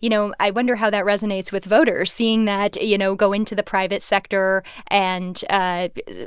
you know, i wonder how that resonates with voters seeing that, you know, go into the private sector and